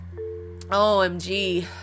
OMG